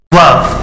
love